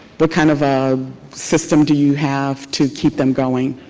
but kind of ah system do you have to keep them going?